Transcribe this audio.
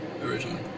originally